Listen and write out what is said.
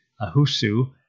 Ahusu